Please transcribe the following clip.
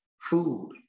food